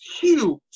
huge